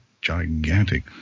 gigantic